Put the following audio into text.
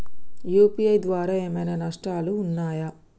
UPI ద్వారా ఏమైనా నష్టాలు ఉన్నయా?